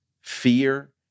fear